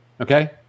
okay